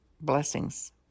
Blessings